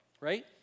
right